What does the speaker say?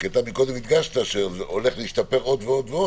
הדגשת שזה הולך להשתפר עוד ועוד.